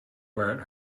where